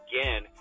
again